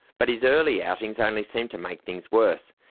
but his early outings only seemed to make things worse.